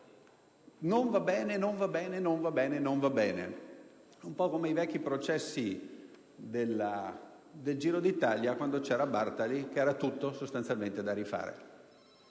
non va bene, non va bene, non va bene, non va bene! Un po' come i vecchi processi al Giro d'Italia, quando c'era Bartali, in cui era tutto da rifare.